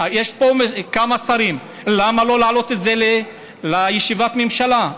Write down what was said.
יש פה כמה שרים: למה לא להעלות את זה לישיבת ממשלה?